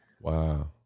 wow